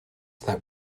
that